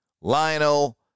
Lionel